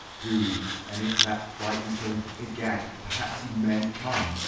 do and if that frightens him, egad, perhaps he mayn't come.